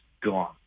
gone